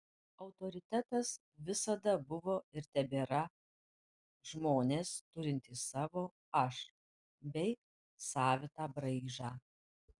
autoritetas visada buvo ir tebėra žmonės turintys savo aš bei savitą braižą